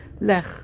Lech